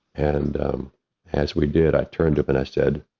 and as we did, i turned up and i said,